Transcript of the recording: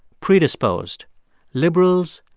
predisposed liberals,